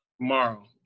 tomorrow